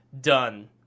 done